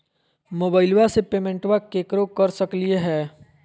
मोबाइलबा से पेमेंटबा केकरो कर सकलिए है?